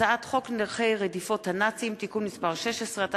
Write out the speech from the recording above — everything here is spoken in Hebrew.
הצעת חוק נכי רדיפות הנאצים (תיקון מס' 16),